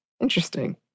Interesting